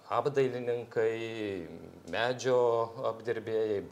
apdailininkai medžio apdirbėjai